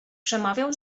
przemawiał